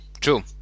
True